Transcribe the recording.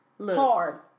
Hard